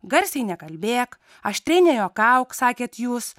garsiai nekalbėk aštriai nejuokauk sakėt jūs